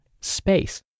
space